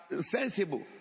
sensible